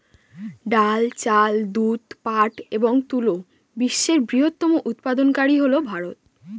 ডাল, চাল, দুধ, পাট এবং তুলা বিশ্বের বৃহত্তম উৎপাদনকারী হল ভারত